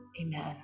Amen